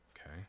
okay